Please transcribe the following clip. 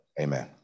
amen